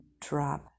drop